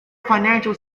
financial